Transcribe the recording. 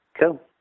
Cool